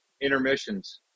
intermissions